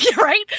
right